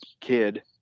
kid